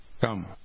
come